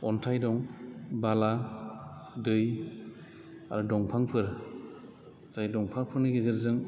अनथाइ दं बाला दै आरो दंफांफोर जाय दंफांफोरनि गेजेरजों